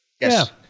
Yes